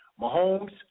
Mahomes